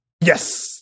Yes